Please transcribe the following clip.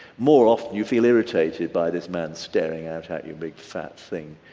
more often you feel irritated by this man staring out at you big fat thing.